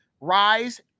rise